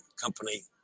company